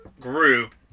group